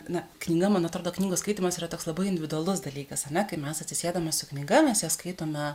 na knyga man atrodo knygos skaitymas yra toks labai individualus dalykas ane kai mes atsisėdame su knyga mes ją skaitome